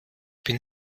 bin